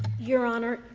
your honor,